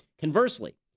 Conversely